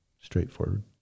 Straightforward